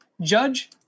judge